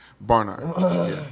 Barnard